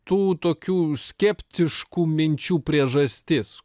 tų tokių skeptiškų minčių priežastis